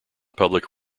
public